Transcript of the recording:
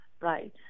right